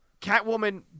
Catwoman